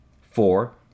four